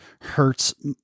hurts